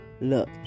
look